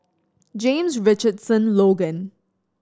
James Richardson Logan